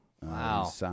wow